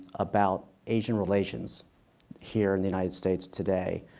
about asian relations here in the united states today.